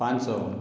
ପାଞ୍ଚ